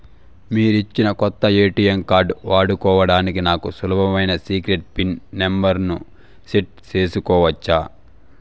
మీరిచ్చిన కొత్త ATM card వాడుకోవడానికి నాకు సులభమైన సీక్రెట్ పిన్ నెంబర్ ను సెట్ సేసుకోవచ్చా?